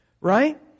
Right